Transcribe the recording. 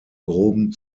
groben